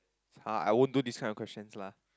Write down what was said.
uh I won't do this type of questions lah